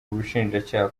ubushinjacyaha